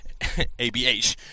ABH